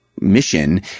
mission